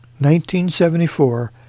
1974